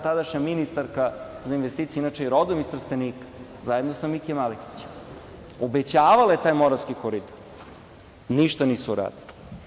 Tadašnja ministarka za investicije inače je i rodom iz Trstenika zajedno sa Aleksićem, obećavala je taj Moravski koridor i ništa nisu uradili.